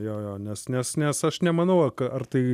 jo jo nes nes nes aš nemanau ar tai